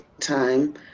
time